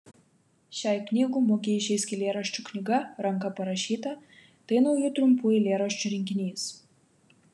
šiai knygų mugei išeis eilėraščių knyga ranka parašyta tai naujų trumpų eilėraščių rinkinys